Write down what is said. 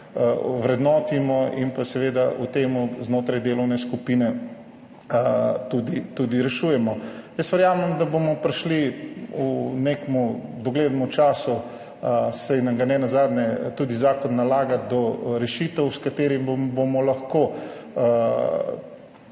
ovrednotimo. In seveda v tem znotraj delovne skupine tudi rešujemo. Verjamem, da bomo prišli v nekem doglednem času, saj nam ga nenazadnje tudi zakon nalaga, do rešitev, s katerimi bomo lahko